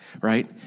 right